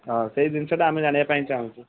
ହଁ ସେଇ ଜିନଷଟା ଆମେ ଜଣିବା ପାଇଁ ଚାହୁଁଛୁ